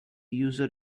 user